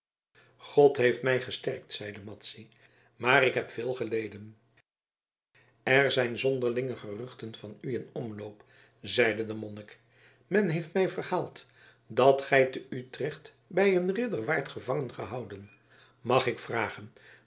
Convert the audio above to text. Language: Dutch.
god heeft mij gesterkt zeide madzy maar ik heb veel geleden er zijn zonderlinge geruchten van u in omloop zeide de monnik men heeft mij verhaald dat gij te utrecht bij een ridder waart gevangengehouden mag ik vragen